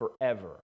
forever